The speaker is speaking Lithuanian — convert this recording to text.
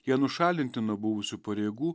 jie nušalinti nuo buvusių pareigų